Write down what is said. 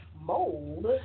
mold